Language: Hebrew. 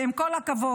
ועם כל הכבוד,